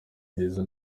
byiza